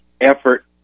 effort